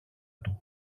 του